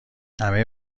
همه